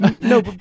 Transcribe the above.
no